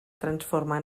transformar